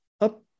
up